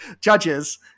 judges